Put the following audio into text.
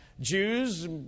Jews